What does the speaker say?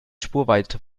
spurweite